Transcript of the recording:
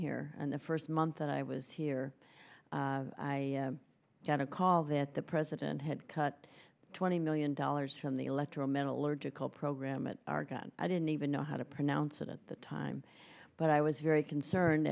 here and the first month that i was here i got a call that the president had cut twenty million dollars from the electoral metallurgical program at argonne i didn't even know how to pronounce it at the time but i was very concerned